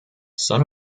son